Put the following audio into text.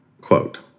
Quote